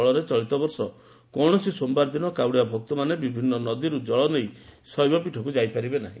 ଫଳରେ ଚଳିତ ବର୍ଷ କୌଣସି ସୋମବାର ଦିନ କାଉଡ଼ିଆ ଭକ୍ତମାନେ ବିଭିନ୍ନ ନଦୀରୁ ଜଳ ନେଇ ଶୈବପୀଠକୁ ଯାଇପାରିବେ ନାହି